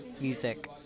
music